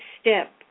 step